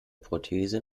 prothese